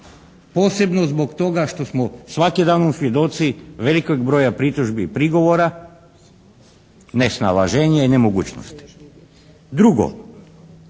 posebno zbog toga što smo svakim danom svjedoci velikog broja pritužbi i prigovora nesnalaženja i nemogućnosti. Drugo,